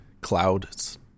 clouds